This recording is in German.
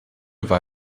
war